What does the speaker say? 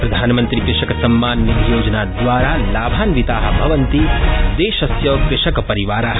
प्रधानमन्त्रीकृषकसम्माननिधियोजनाद्रारा लाभान्विता भवन्ति देशस्य कृषकपरिवारा